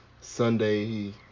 Sunday